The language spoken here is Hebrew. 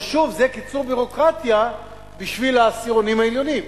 או ששוב זה קיצור ביורוקרטיה בשביל העשירונים העליונים?